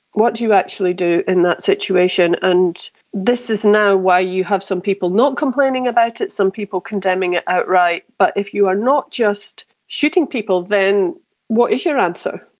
what do you actually do in that situation? and this is now why you have some people not complaining about it, some people condemning it outright. but if you are not just shooting people, then what is your answer?